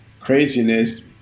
craziness